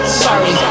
sorry